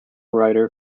writer